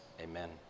Amen